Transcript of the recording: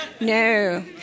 No